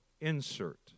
insert